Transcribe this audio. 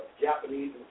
Japanese